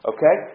Okay